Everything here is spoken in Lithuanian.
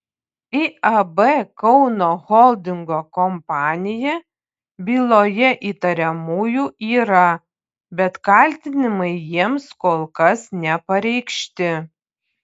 iab kauno holdingo kompanija byloje įtariamųjų yra bet kaltinimai jiems kol kas nepareikšti